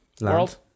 World